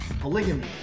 Polygamy